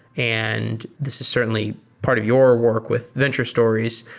and this is certainly part of your work with venture stories,